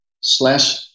slash